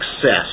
success